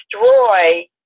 destroy